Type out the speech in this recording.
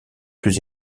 plus